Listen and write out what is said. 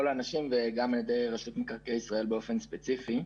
האנשים וגם על ידי רשות מקרקעי ישראל באופן ספציפי.